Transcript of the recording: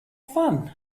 fun